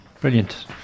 Brilliant